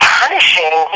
punishing